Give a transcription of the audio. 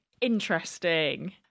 interesting